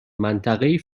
منطقهای